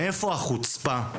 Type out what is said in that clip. מאיפה החוצפה,